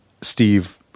Steve